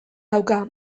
dauka